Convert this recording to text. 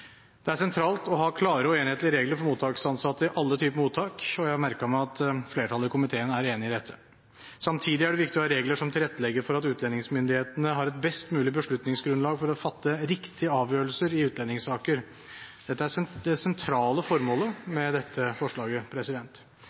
Det er sentralt å ha klare og enhetlige regler for mottaksansatte i alle typer mottak, og jeg har merket meg at flertallet i komiteen er enig i dette. Samtidig er det viktig å ha regler som tilrettelegger for at utlendingsmyndighetene har et best mulig beslutningsgrunnlag for å fatte riktige avgjørelser i utlendingssaker. Dette er det sentrale formålet med dette forslaget.